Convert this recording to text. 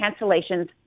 cancellations